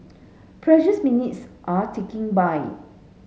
precious minutes are ticking by